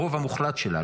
הרוב המוחלט שלה,